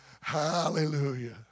Hallelujah